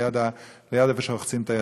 ליד איפה שרוחצים את הידיים.